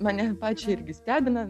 mane pačią irgi stebina